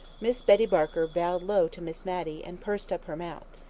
miss betty barker bowed low to miss matty, and pursed up her mouth.